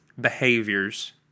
behaviors